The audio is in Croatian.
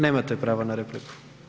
Nemate pravo na repliku.